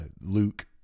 Luke